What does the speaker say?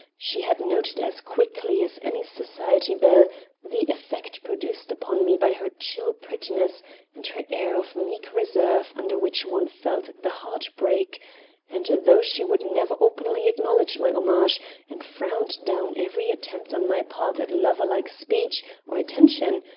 she had noted as quickly as any society belle the effect produced upon me by her chill prettiness and her air of meek reserve under which one felt the heart-break and though she would never openly acknowledge my homage and frowned down every attempt on my part at lover-like speech or attention,